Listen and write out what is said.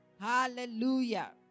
Hallelujah